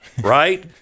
Right